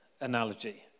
analogy